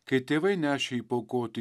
kai tėvai nešė jį paaukoti